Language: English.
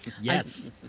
yes